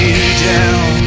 down